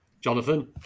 Jonathan